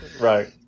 Right